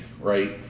right